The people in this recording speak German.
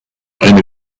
eine